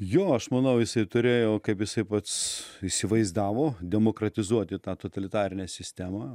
jo aš manau jisai turėjo kaip jisai pats įsivaizdavo demokratizuoti tą totalitarinę sistemą